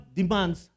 demands